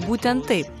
būtent taip